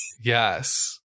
Yes